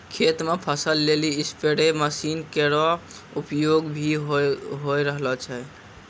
खेत म फसल लेलि स्पेरे मसीन केरो उपयोग भी होय रहलो छै